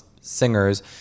singers